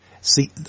See